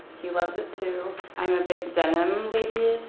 he loves it too. i'm a big denim lady.